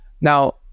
now